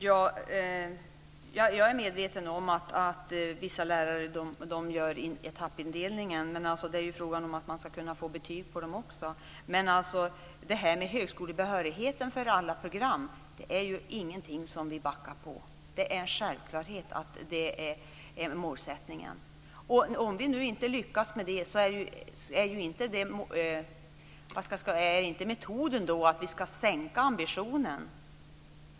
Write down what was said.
Fru talman! Jag är medveten om att vissa lärare etappindelar men det är ju också fråga om att kunna få betyg. När det gäller högskolebehörighet för alla program backar vi inte. Det är en självklarhet att det är målsättningen. Om vi inte lyckas med det är inte metoden att sänka ambitionen.